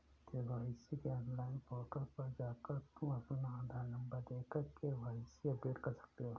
KYC के online portal पर जाकर तुम अपना आधार नंबर देकर के.वाय.सी अपडेट कर सकते हो